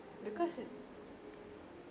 because